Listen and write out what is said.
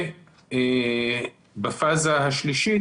ובפאזה השלישית